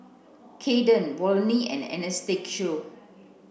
Kaiden Volney and Anastacio